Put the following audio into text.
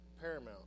paramount